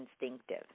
instinctive